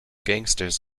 gangsters